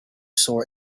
saw